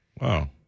Wow